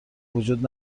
وجود